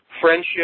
friendship